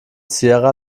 sierra